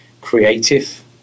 creative